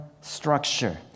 structure